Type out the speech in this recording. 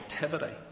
activity